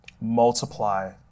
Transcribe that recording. multiply